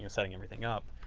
setting everything up.